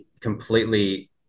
completely